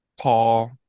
Paul